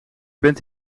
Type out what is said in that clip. bent